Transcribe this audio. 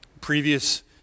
previous